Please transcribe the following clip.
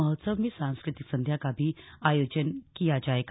महोत्सव में सांस्कृतिक संध्या का भी आयोजन किया जाएगा